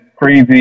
crazy